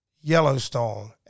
Yellowstone